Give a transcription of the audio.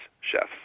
chefs